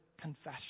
confession